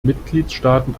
mitgliedstaaten